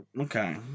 Okay